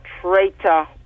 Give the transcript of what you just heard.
traitor